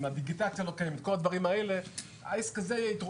אם הדיגיטציה לא קיימת,